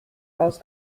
aus